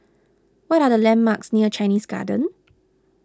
what are the landmarks near Chinese Garden